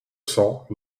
cents